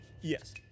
Yes